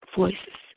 voices